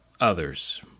others